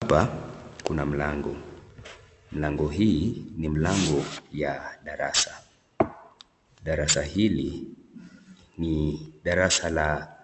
Hapa kuna mlango. Mlango hii ni mlango ya darasa. Darasa hili ni darasa la